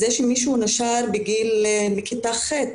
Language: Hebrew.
זה שמישהו נשר מכיתה ח',